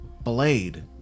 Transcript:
blade